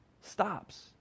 stops